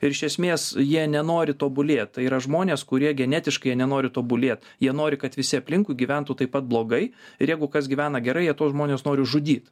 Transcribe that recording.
ir iš esmės jie nenori tobulėt tai yra žmonės kurie genetiškai jie nenori tobulėt jie nori kad visi aplinkui gyventų taip pat blogai ir jeigu kas gyvena gerai jie tuos žmones noriu žudyt